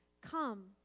Come